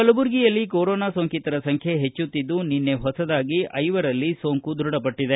ಕಲಬುರಗಿಯಲ್ಲಿ ಕೊರೊನಾ ಸೋಂಕಿತರ ಸಂಖ್ಯೆ ಹೆಚ್ಚುತ್ತಿದ್ದು ನಿನ್ನೆ ಹೊಸದಾಗಿ ಐವರಲ್ಲಿ ಕೊರೊನಾ ಸೋಂಕು ದೃಢಪಟ್ಟಿದೆ